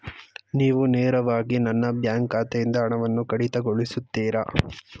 ನೀವು ನೇರವಾಗಿ ನನ್ನ ಬ್ಯಾಂಕ್ ಖಾತೆಯಿಂದ ಹಣವನ್ನು ಕಡಿತಗೊಳಿಸುತ್ತೀರಾ?